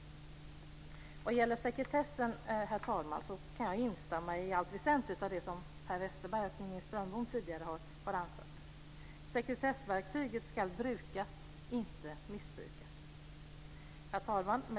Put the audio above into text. När det gäller sekretessen kan jag instämma i allt väsentligt som Per Westerberg och Inger Strömbom tidigare har anfört. Sekretessverktyget ska brukas, inte missbrukas. Herr talman!